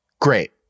Great